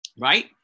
right